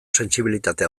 sentsibilitate